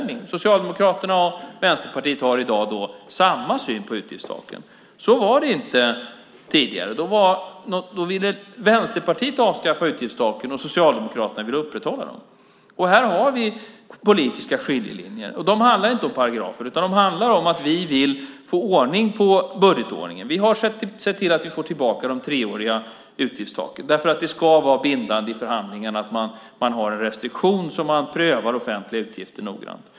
Socialdemokraterna och Vänsterpartiet har i dag alltså samma syn på utgiftstaken. Så var det inte tidigare. Då ville Vänsterpartiet avskaffa utgiftstaken och Socialdemokraterna ville upprätthålla dem. Här har vi politiska skiljelinjer. De handlar inte om paragrafer utan om att vi vill få ordning på budgetordningen. Vi har sett till att vi har fått tillbaka de treåriga utgiftstaken, för det ska vara bindande i förhandlingarna att man har en restriktion och att man prövar offentliga utgifter noggrant.